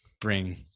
bring